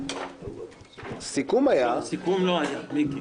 סיכום לא היה, מיקי.